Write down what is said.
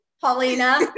Paulina